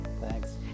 Thanks